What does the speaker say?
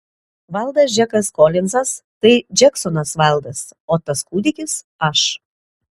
vaildas džekas kolinzas tai džeksonas vaildas o tas kūdikis aš